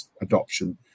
adoption